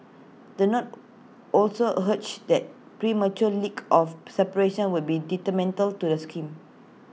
the note also urged that premature leak of separation would be detrimental to the scheme